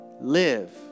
live